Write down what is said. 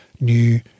new